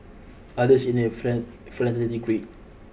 others in their friend agreed